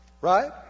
Right